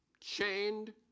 chained